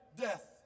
Death